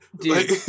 dude